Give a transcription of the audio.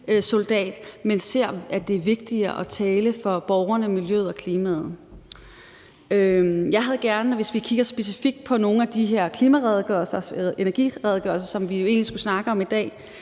men ser, at det er vigtigere at tale for borgerne, miljøet og klimaet. Jeg synes, hvis vi kigger specifikt på nogle af de her klimaredegørelser og energiredegørelser, som vi jo egentlig skulle snakke om i dag,